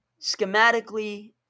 schematically